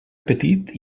petit